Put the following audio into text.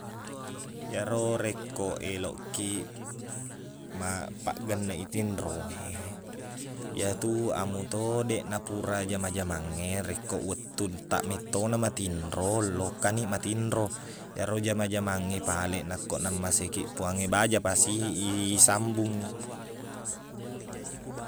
Iyaro rekko eloqkiq mappaqgenneq i tinro e iyatu ammoto deqna pura jama-jamangnge rekko wettuttaq mettona matinro lokkani matinro iyaro jama-jamangnge pale nakko nammaseikiq puang e baja pasti i sambungngi